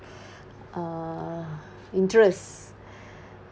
uh interests